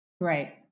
Right